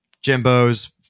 Jimbo's